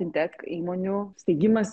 fintech įmonių steigimąsi